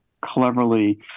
cleverly